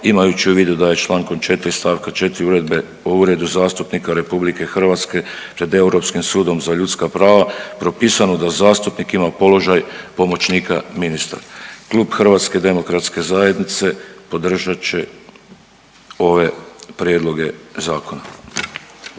imajući u vidu da je Člankom 4. stavka 4. Uredbe o Uredu zastupnika RH pred Europskim sudom za ljudska prava propisano da zastupnik ima položaj pomoćnika ministra. Klub HDZ-a podržat će ove prijedloge zakona.